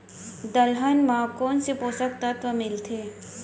दलहन म कोन से पोसक तत्व मिलथे?